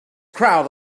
crowd